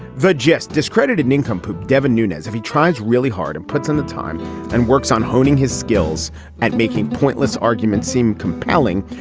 the just discredited nincompoop devon nunez if he tries really hard and puts in the time and works on honing his skills and making pointless arguments seem compelling.